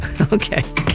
Okay